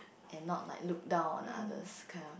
and not like look down on the others kind of